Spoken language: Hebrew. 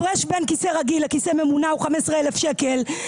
הפרש בין כיסא רגיל לכיסא ממונע הוא 15,000 שקל.